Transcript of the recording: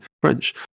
French